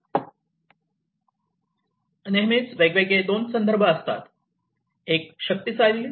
नेहमीच वेगवेगळे 2 संदर्भ असतात